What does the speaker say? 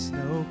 no